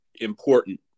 important